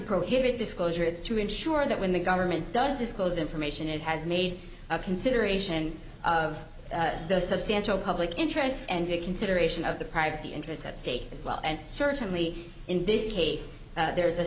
prohibit disclosure it's to ensure that when the government does disclose information it has made a consideration of the substantial public interest and a consideration of the privacy interests at stake as well and certainly in this case there is a